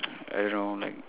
I don't know like